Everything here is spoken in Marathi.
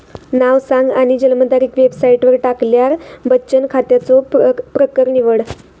नाव सांग आणि जन्मतारीख वेबसाईटवर टाकल्यार बचन खात्याचो प्रकर निवड